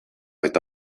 eta